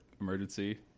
emergency